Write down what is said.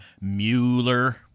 Mueller